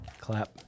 Clap